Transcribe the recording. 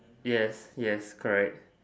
yes yes correct